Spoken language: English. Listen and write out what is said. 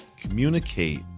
communicate